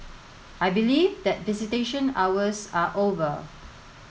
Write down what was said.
I believe that visitation hours are over